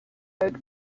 road